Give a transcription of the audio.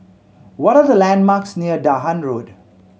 what are the landmarks near Dahan Road